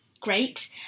Great